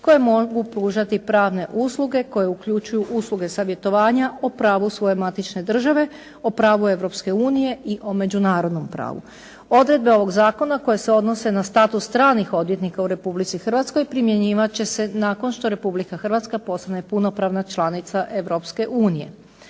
koje mogu pružati pravne usluge koje uključuju usluge savjetovanja o pravu svoje matične države, o pravu Europske unije i o međunarodnom pravu. Odredbe ovog zakona koje se odnose na status stranih odvjetnika u Republici Hrvatskoj primjenjivati će se nakon što Republika Hrvatska postane punopravna članica Europske unije.